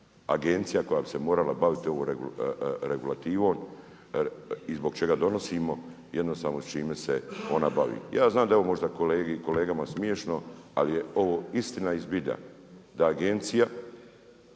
agencija koja bi se morala baviti ovom regulativom, i zbog čega donosimo jednostavno s čime se ona bavi. Ja znam da je ovo možda kolegama smiješno, ali je ovo istina i zbilja da agencija